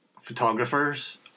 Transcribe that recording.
photographers